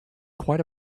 quite